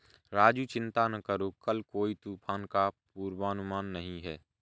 राजू चिंता ना करो कल कोई तूफान का पूर्वानुमान नहीं है